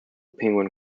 penguin